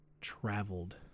traveled